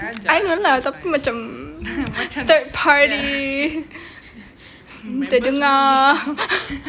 I know lah tapi macam third party terdengar